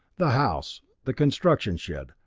the house, the construction shed,